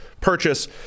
purchase